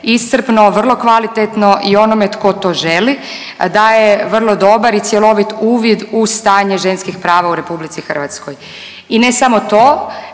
iscrpno, vrlo kvalitetno i onome tko to želi daje vrlo dobar i cjelovit u stanje ženskih prava u RH. I ne samo to